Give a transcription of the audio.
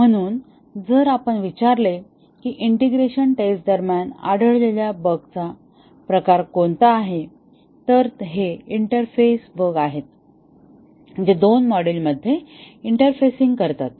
म्हणून जर आपण विचारले की इंटिग्रेशन टेस्ट दरम्यान आढळलेल्या बगचा प्रकार कोणता आहे तर हे इंटरफेस बग आहेत ते दोन मॉड्यूलमध्ये इंटरफेसिंग करतात